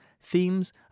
themes